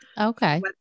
okay